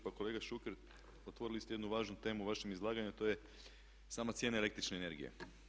Pa kolega Šuker otvorili ste jednu važnu temu u vašem izlaganju a to je sama cijena električne energije.